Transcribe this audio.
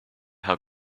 how